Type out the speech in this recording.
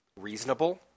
reasonable